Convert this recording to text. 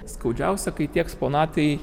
skaudžiausia kai tie eksponatai